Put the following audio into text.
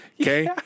okay